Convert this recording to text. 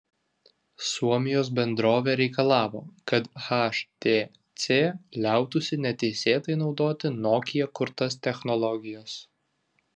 suomijos bendrovė reikalavo kad htc liautųsi neteisėtai naudoti nokia kurtas technologijas